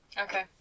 Okay